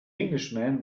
englishman